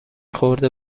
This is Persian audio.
خورده